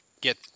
get